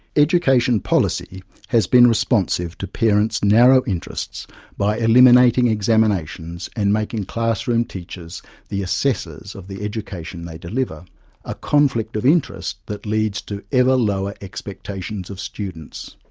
education policy has been responsive to parents' narrow interests by eliminating examinations and making classroom teachers the assessors of the education they deliver a conflict of interest that leads to ever-lower expectations of students.